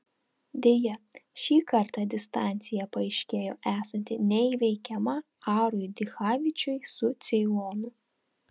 deja šį kartą distancija paaiškėjo esanti neįveikiama arui dichavičiui su ceilonu